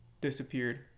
disappeared